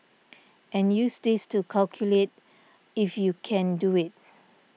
and use this to calculate if you can do it